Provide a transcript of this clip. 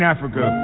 Africa